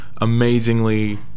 amazingly